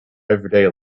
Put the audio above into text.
everyday